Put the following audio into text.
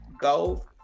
go